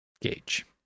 gauge